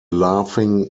laughing